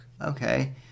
Okay